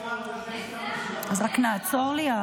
אז רק נעצור לי.